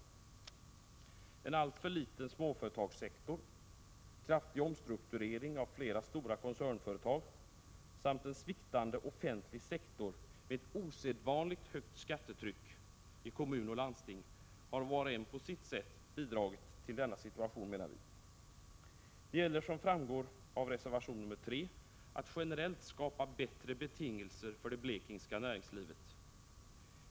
Faktorer som en alltför liten småföretagssektor, kraftig omstrukturering av flera stora koncernföretag samt en sviktande offentlig sektor med osedvanligt högt skattetryck i kommun och landsting har var och en på sitt sätt bidragit till denna situation, menar vi. Det gäller, som framgår av reservation 3, att generellt skapa bättre betingelser för näringslivet i Blekinge.